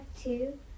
two